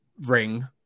ring